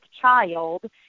child